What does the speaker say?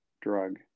drug